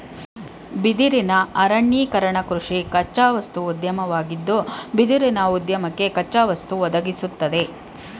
ಬಿದಿರಿನ ಅರಣ್ಯೀಕರಣಕೃಷಿ ಕಚ್ಚಾವಸ್ತು ಉದ್ಯಮವಾಗಿದ್ದು ಬಿದಿರುಉದ್ಯಮಕ್ಕೆ ಕಚ್ಚಾವಸ್ತು ಒದಗಿಸ್ತದೆ